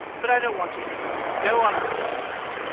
but i don't want to interrupt you. go on with your story.